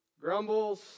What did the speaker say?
grumbles